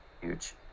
huge